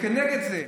וכנגד זה,